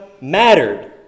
mattered